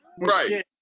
Right